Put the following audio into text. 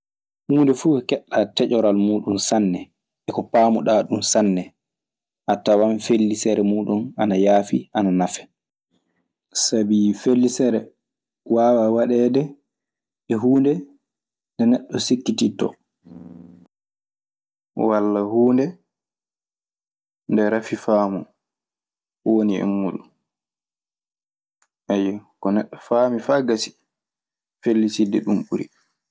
Hunɗe fu ko keɗɗa taƴoral mun sanne e ko pamuɗa e mun sanne. Attawan felicere mudum ana yafi ana mafee. Sabi fellisere wawaa waɗeede e huunde nde neɗɗo sikkititto. Walla huunde nde rafi faamu woni e muɗum. Eyyo, ko neɗɗo faami faa gasi felliside ɗum ɓuri.